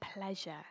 pleasure